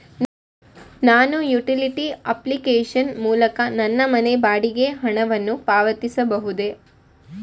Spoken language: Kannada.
ನಾನು ಯುಟಿಲಿಟಿ ಅಪ್ಲಿಕೇಶನ್ ಮೂಲಕ ನನ್ನ ಮನೆ ಬಾಡಿಗೆ ಹಣವನ್ನು ಪಾವತಿಸಬಹುದೇ?